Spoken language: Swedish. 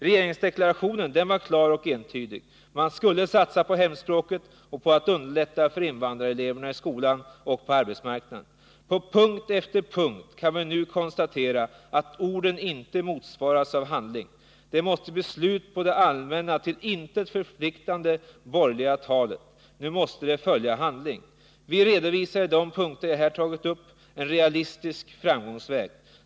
Regeringsdeklarationen var klar och entydig: Man skulle satsa på hemspråket och på att göra det lättare för invandrareleverna i skolan och på arbetsmarknaden. Men på punkt efter punkt kan vi nu konstatera att orden inte omsatts i handling. Det måste bli slut på det allmänna till intet förpliktande borgerliga talet. Nu måste man handla. I de punkter jag här har tagit upp redovisar vi en realistisk framgångsväg.